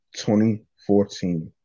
2014